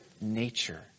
nature